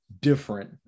different